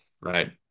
right